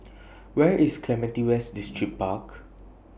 Where IS Clementi West Distripark